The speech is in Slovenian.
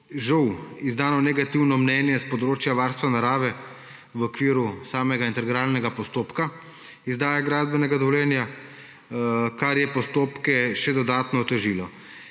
žal izdano negativno mnenje s področja varstva narave v okviru samega integralnega postopka izdaje gradbenega dovoljenja, kar je postopke še dodatno otežilo.